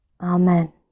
Amen